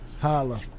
Holla